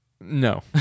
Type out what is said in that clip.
no